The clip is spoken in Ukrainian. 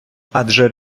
адже